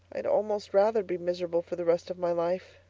i'd almost rather be miserable for the rest of my life.